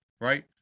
right